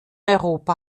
europa